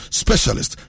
specialist